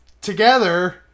together